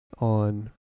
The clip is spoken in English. on